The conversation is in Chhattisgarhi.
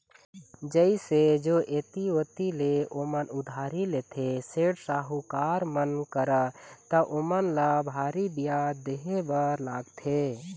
जइसे जो ऐती ओती ले ओमन उधारी लेथे, सेठ, साहूकार मन करा त ओमन ल भारी बियाज देहे बर लागथे